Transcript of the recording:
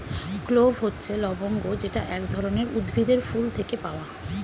clove হচ্ছে লবঙ্গ যেটা এক ধরনের উদ্ভিদের ফুল থেকে পাওয়া